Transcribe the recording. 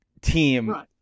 team